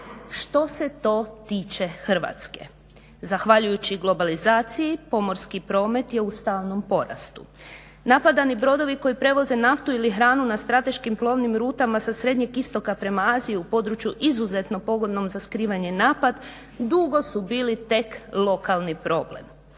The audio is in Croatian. Što se to tiče Hrvatske? Zahvaljujući globalizaciji pomorski promet je u stalnom porastu. Napadani brodovi koji prevoze naftu ili hranu na strateškim plovnim rutama sa Srednjeg istoka prema Aziji u području izuzetno pogodnom za skriveni napad dugo su bili tek lokalni problem.